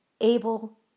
able